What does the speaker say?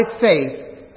faith